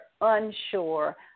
unsure